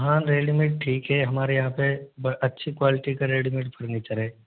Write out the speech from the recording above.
हाँ रेडीमेड ठीक है हमारे यहाँ पे अच्छी क्वालिटी का रेडीमेड फर्नीचर है